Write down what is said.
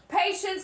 patience